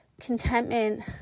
contentment